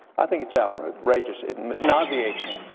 i think it's outrageous. it nauseates me.